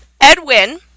Edwin